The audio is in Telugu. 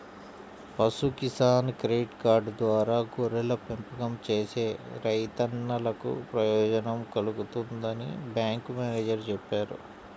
పశు కిసాన్ క్రెడిట్ కార్డు ద్వారా గొర్రెల పెంపకం చేసే రైతన్నలకు ప్రయోజనం కల్గుతుందని బ్యాంకు మేనేజేరు చెప్పారు